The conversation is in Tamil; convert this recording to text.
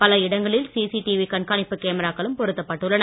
பல இடங்களில் சிசிடிவி கண்காணிப்பு கேமராக்களும் பொருத்தப்பட்டுள்ளன